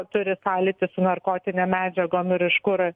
turi sąlytį su narkotinėm medžiagom ir iš kur